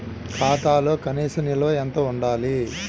ఖాతాలో కనీస నిల్వ ఎంత ఉండాలి?